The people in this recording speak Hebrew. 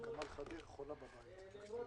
נקבעו